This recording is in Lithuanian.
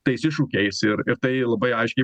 tais iššūkiais ir ir tai labai aiškiai